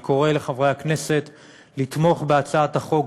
אני קורא לחברי הכנסת לתמוך בהצעת החוק.